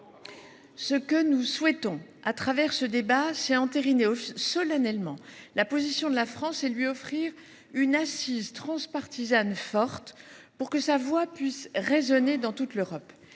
Ce que nous souhaitons, au travers de ce débat, c’est entériner solennellement la position de la France et lui offrir une assise transpartisane forte, pour que la voix de notre pays puisse résonner dans toute l’Europe.